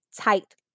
tight